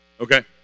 okay